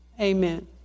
Amen